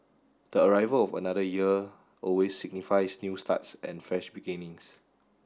the arrival of another year always signifies new starts and fresh beginnings